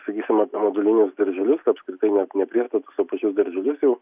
sakysim apie modulinius darželius apskritai net ne priestatus o pačius darželius jau